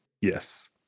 Yes